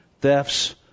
thefts